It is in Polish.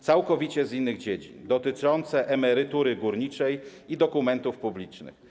Całkowicie z innych dziedzin, dotyczące emerytury górniczej i dokumentów publicznych.